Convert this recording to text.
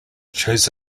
chose